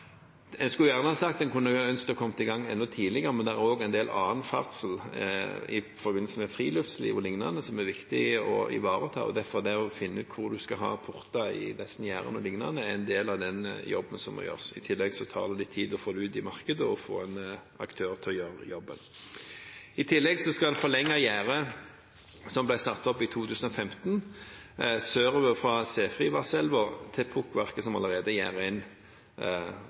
er også en del annen ferdsel i forbindelse med friluftsliv og lignende som er viktig å ivareta, og å finne ut hvor en skal ha porter i disse gjerdene, er derfor en del av den jobben som må gjøres. I tillegg tar det litt tid å få det ut i markedet og få en aktør til å gjøre jobben. I tillegg skal en forlenge gjerdet som ble satt opp i 2015 sørover fra Sefrivasselva til pukkverket, som allerede er gjerdet inn.